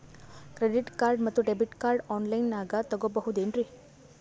Credit card ಮತ್ತು debit card ಆನ್ ಲೈನಾಗ್ ತಗೋಬಹುದೇನ್ರಿ?